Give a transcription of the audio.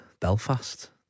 Belfast